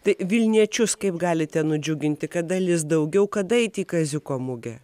tai vilniečius kaip galite nudžiuginti kad dalis daugiau kada